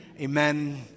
amen